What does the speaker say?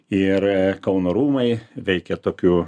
ir kauno rūmai veikia tokiu